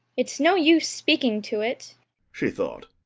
it's no use speaking to it she thought,